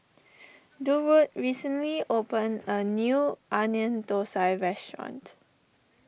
Durwood recently opened a new Onion Thosai restaurant